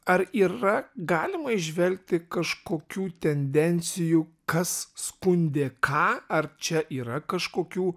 ar yra galima įžvelgti kažkokių tendencijų kas skundė ką ar čia yra kažkokių